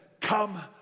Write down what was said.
come